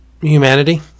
humanity